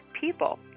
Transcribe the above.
people